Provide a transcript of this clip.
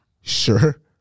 Sure